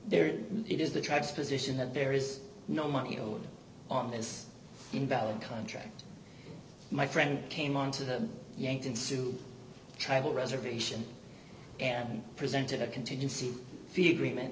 there it is the tribes position that there is no money owed on this invalid contract my friend came on to the yankton sue tribal reservation and presented a contingency fee agreement